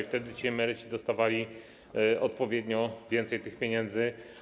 Wtedy ci emeryci dostawaliby odpowiednio więcej pieniędzy.